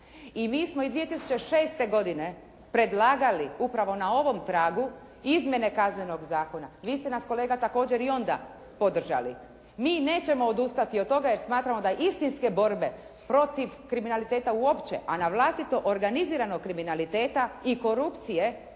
I mi smo i 2006. godine predlagali upravo na ovom tragu izmjene Kaznenog zakona. Vi ste nas kolega također i onda podržali. Mi nećemo odustati od toga jer smatramo da istinske borbe protiv kriminaliteta uopće, a na vlastito organiziranog kriminaliteta i korupcije